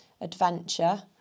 adventure